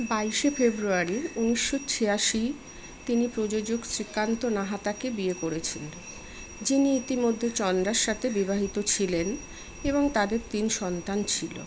বাইশে ফেব্রুয়ারি উনিশশো ছিয়াশি তিনি প্রযোজক শ্রীকান্ত নাহাতাকে বিয়ে করেছিলেন যিনি ইতিমধ্যে চন্দ্রার সাথে বিবাহিত ছিলেন এবং তাঁদের তিন সন্তান ছিল